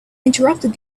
interrupted